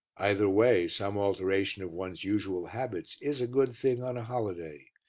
either way some alteration of one's usual habits is a good thing on a holiday,